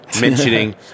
mentioning